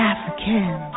African